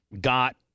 got